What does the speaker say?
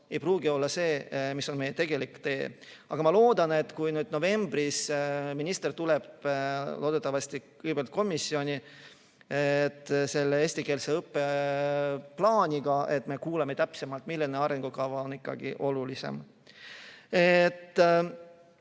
ei pruugi olla meie tegelik tee. Aga ma loodan, et kui novembris minister tuleb loodetavasti kõigepealt komisjoni ette eestikeelse õppe plaaniga, siis me kuuleme täpsemalt, milline arengukava on ikkagi olulisem.